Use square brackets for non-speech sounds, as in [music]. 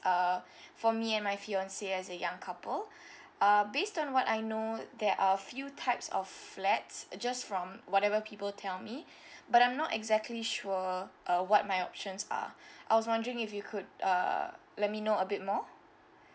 uh for me and my fiancé as a young couple [breath] uh based on what I know there a few types of flats uh just from whatever people tell me [breath] but I'm not exactly sure uh what my options are I was wondering if you could uh let me know a bit more